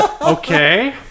okay